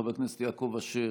חבר הכנסת יעקב אשר,